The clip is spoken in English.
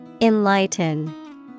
Enlighten